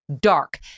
dark